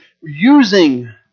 using